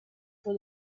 for